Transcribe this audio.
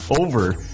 over